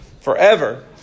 forever